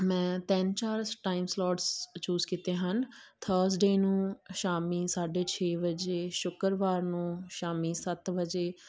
ਮੈਂ ਤਿੰਨ ਚਾਰ ਟਾਈਮ ਸਲੋਟਸ ਚੂਜ਼ ਕੀਤੇ ਹਨ ਥਰਸਡੇਅ ਨੂੰ ਸ਼ਾਮੀ ਸਾਢੇ ਛੇ ਵਜੇ ਸ਼ੁੱਕਰਵਾਰ ਨੂੰ ਸ਼ਾਮੀ ਸੱਤ ਵਜੇ